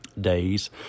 days